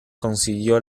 consiguió